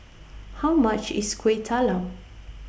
How much IS Kueh Talam